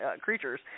creatures